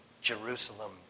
Jerusalem